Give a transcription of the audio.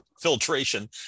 filtration